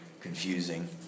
confusing